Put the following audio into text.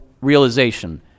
realization